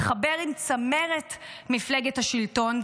התחבר עם צמרת מפלגת השלטון,